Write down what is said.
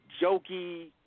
jokey